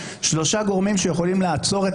יש שלושה גורמים שיכולים לעצור את